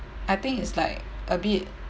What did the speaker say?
I think it's like a bit